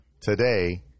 today